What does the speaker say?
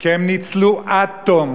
כי הם ניצלו עד תום